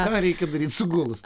ką reikia daryt sugulus